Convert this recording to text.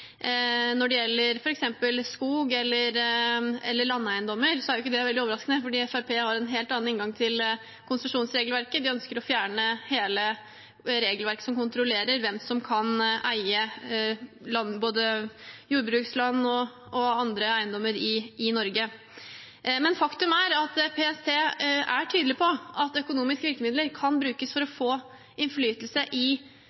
veldig overraskende, for Fremskrittspartiet har en helt annen inngang til konsesjonsregelverket. De ønsker å fjerne hele regelverket som kontrollerer hvem som kan eie både jordbruksland og andre eiendommer i Norge. Faktum er at PST er tydelig på at økonomiske virkemiddel kan brukes for å få innflytelse i